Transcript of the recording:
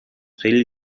خیلی